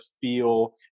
feel